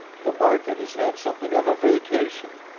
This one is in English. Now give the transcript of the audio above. the market has had something of a vacation.